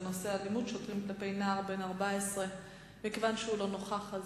בנושא: אלימות שוטרים כלפי נער בן 14. מכיוון שהוא לא נוכח,